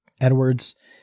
Edwards